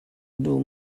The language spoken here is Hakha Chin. duh